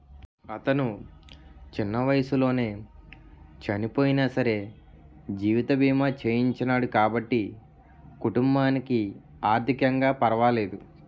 అతను చిన్న వయసులోనే చనియినా సరే జీవిత బీమా చేయించినాడు కాబట్టి కుటుంబానికి ఆర్ధికంగా పరవాలేదు